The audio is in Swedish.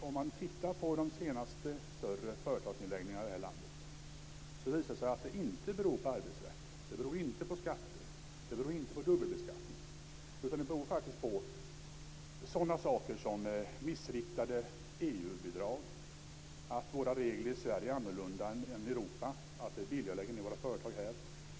Om man tittar på de senaste större företagsnedläggningarna här i landet visar det sig att det inte beror på arbetsrätt, skatter eller dubbelbeskattning. Det beror faktiskt på sådana saker som missriktade EU-bidrag, att våra regler i Sverige är annorlunda än i övriga Europa och att det är billigare att lägga ned företag här.